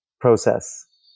process